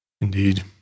Indeed